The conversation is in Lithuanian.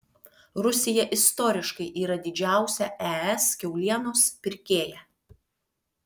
rusija istoriškai yra didžiausia es kiaulienos pirkėja